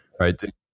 Right